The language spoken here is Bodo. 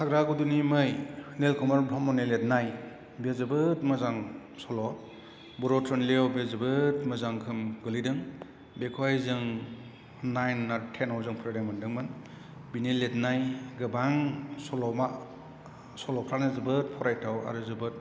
हाग्रा गुदुंनि मै निलकमल ब्रह्मनि लिरनाय बेयो जोबोर मोजां सल' बर' थुनलाइयाव बे जोबोर मोजां गोहोम गोलैदों बेखौहाय जों नाइन ना थेन आव जों फरायनो मोन्दोंमोन बिनि लिरनाय गोबां सल'मा सल'फ्रानो जोबोर फरायथाव आरो जोबोर